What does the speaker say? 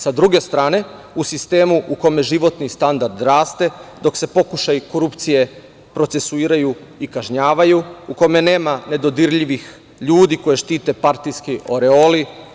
Sa druge strane u sistemu u kome životni standard raste, dok se pokušaji korupcije procesuiraju i kažnjavaju, u kome nema nedodirljivih ljudi koje štite partijski oreoli.